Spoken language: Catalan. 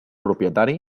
propietari